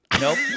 Nope